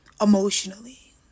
emotionally